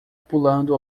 pulando